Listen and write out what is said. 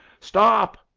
stop!